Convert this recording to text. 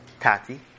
Tati